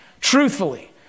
truthfully